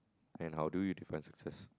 and I will do you different success